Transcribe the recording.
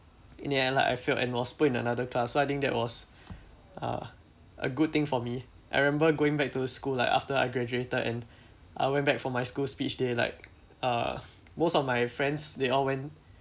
in the end like I failed and was put in another class so I think that was uh a good thing for me I remember going back to school like after I graduated and I went back for my school speech day like uh most of my friends they all went